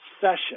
session